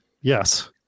Yes